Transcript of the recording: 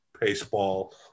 baseball